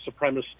supremacist